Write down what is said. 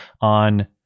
on